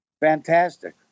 Fantastic